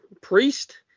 Priest